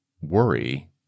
worry